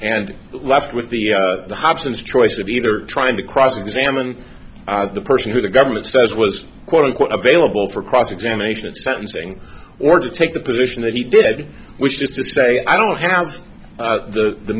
and left with the hobson's choice of either trying to cross examine the person who the government says was quote unquote available for cross examination sentencing or to take the position that he did which is to say i don't have the